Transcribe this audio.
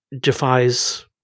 defies